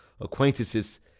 acquaintances